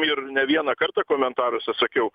ir ne vieną kartą komentaruose sakiau